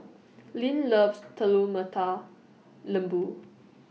Leann loves Telur Mata Lembu